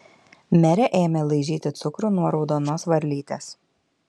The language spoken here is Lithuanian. merė ėmė laižyti cukrų nuo raudonos varlytės